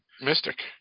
mystic